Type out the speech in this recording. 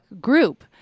group